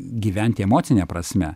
gyventi emocine prasme